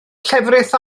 llefrith